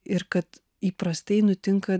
ir kad įprastai nutinka